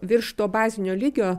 virš to bazinio lygio